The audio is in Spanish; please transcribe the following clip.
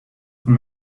con